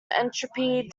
entropy